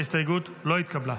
ההסתייגות לא התקבלה.